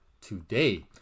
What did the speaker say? today